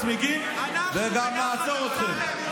אתם תשרפו את הצמיגים וגם נעצור אתכם.